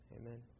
Amen